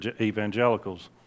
evangelicals